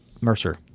Mercer